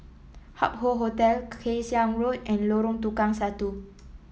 Hup Hoe Hotel Kay Siang Road and Lorong Tukang Satu